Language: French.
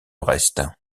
reste